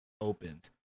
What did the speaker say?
opens